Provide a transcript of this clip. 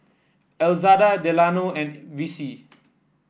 Elzada Delano and Vicie